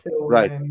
right